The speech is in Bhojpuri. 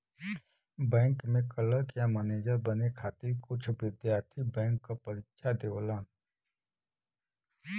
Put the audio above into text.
बैंक में क्लर्क या मैनेजर बने खातिर कुछ विद्यार्थी बैंक क परीक्षा देवलन